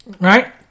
right